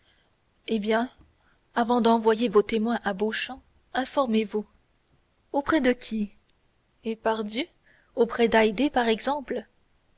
eh bien avant d'envoyer vos témoins à beauchamp informez-vous auprès de qui eh pardieu auprès d'haydée par exemple